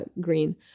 green